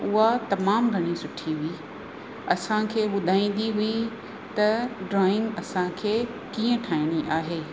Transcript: उहा तमामु घणी सुठी हुई असांखे ॿुधाईंदी हुई त ड्रॉइंग असांखे कीअं ठाहिणी आहे